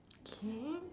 K